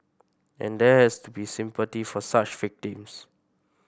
and there has to be sympathy for such victims